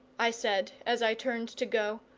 i said as i turned to go,